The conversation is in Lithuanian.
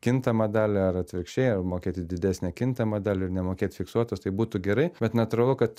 kintamą dalį ar atvirkščiai ar mokėti didesnę kintamą dalį ir nemokėt fiksuotos tai būtų gerai bet natūralu kad